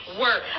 work